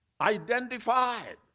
Identified